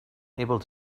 able